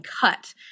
cut